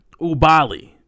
Ubali